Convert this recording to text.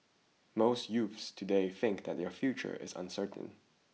most youths today think that their future is uncertain